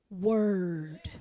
word